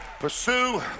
Pursue